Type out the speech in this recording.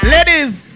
Ladies